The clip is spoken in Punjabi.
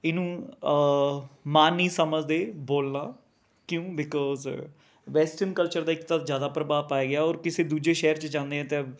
ਇਹਨੂੰ ਮਾਨ ਨਹੀਂ ਸਮਝਦੇ ਬੋਲਣਾ ਕਿਉਂ ਬੀਕੋਜ਼ ਵੈਸਟਨ ਕਲਚਰ ਦਾ ਇੱਕ ਤਾਂ ਜ਼ਿਆਦਾ ਪ੍ਰਭਾਵ ਪਾਇਆ ਗਿਆ ਔਰ ਕਿਸੇ ਦੂਜੇ ਸ਼ਹਿਰ 'ਚ ਜਾਂਦੇ ਹਾਂ ਤਾਂ